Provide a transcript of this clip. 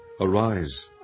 arise